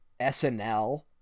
SNL